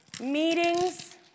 Meetings